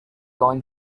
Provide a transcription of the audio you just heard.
going